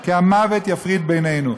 לי וכה יֹסיף כי המוות יפריד ביני ובינך".